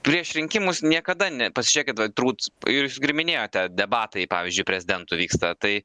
prieš rinkimus niekada ne pasižiūrėkit va turbūt jūs gi ir minėjote debatai pavyzdžiui prezidento vyksta tai